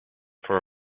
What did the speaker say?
for